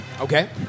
Okay